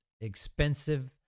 expensive